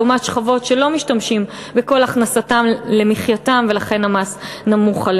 לעומת שכבות שלא משתמשים בכל הכנסתם למחייתם ולכן המס עליהם נמוך.